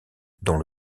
dont